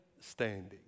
standing